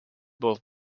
both